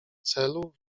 celu